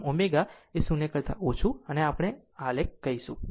આમ ω એ 0 કરતા ઓછું અને આને આપણે આલેખ કહીશું